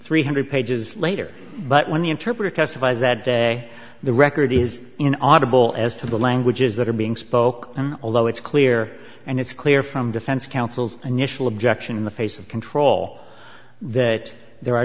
three hundred pages later but when the interpreter testifies that day the record is in audible as to the languages that are being spoke and although it's clear and it's clear from defense counsel's initial objection in the face of control that there are